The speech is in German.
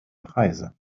preise